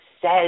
says